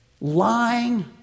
lying